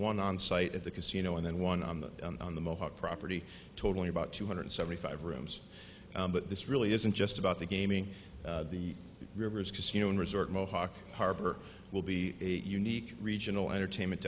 one onsite at the casino and then one on the on the mohawk property totaling about two hundred seventy five rooms but this really isn't just about the gaming the rivers casino resort mohawk harbor will be a unique regional entertainment